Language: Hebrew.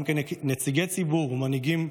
אולם כנציגי ציבור וכמנהיגים,